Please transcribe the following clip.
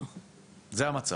זה המצב.